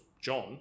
John